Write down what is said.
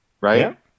right